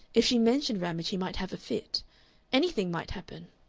if she mentioned ramage he might have a fit anything might happen.